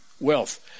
wealth